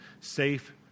safe